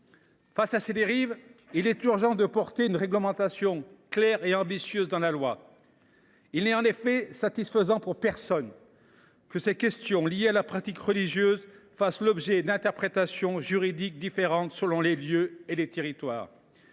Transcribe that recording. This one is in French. Face à ces dérives, il est urgent de porter une réglementation claire et ambitieuse dans la loi. Il n’est en effet satisfaisant pour personne que ces questions liées à la pratique religieuse fassent l’objet d’interprétations juridiques différentes selon les lieux et les territoires.